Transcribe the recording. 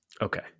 Okay